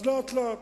אז לאט לאט.